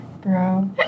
Bro